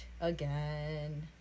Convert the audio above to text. again